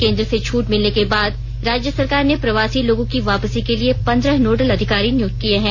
केन्द्र से छूट मिलने के बाद राज्य सरकार ने प्रवासी लोगों की वापसी के लिए पंद्रह नोडल अधिकारी नियुक्त किये हैं